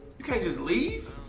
you can't just leave.